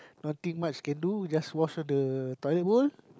nothing much can do just wash all the toilet bowl